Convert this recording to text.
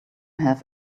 have